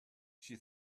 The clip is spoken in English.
she